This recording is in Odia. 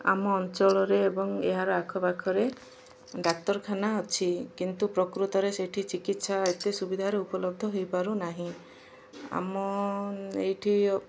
ଆମ ଅଞ୍ଚଳରେ ଏବଂ ଏହାର ଆଖପାଖରେ ଡାକ୍ତରଖାନା ଅଛି କିନ୍ତୁ ପ୍ରକୃତରେ ସେଠି ଚିକିତ୍ସା ଏତେ ସୁବିଧାରେ ଉପଲବ୍ଧ ହେଇପାରୁନାହିଁ ଆମ ଏଇଠି